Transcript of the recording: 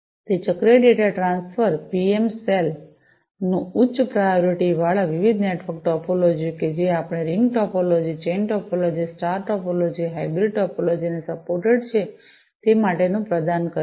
તે ચક્રીય ડેટા ટ્રાન્સફરન પીએમ સેલ ને ઉચ્ચ પ્રાયોરિટીવાળા વિવિધ નેટવર્ક ટોપોલોજીઓ કે જે આપણી ring topology chain topology star topology hybrid topologies ને સપોર્ટેડછે તે માટેનું પ્રદાન કરે છે